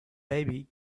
baby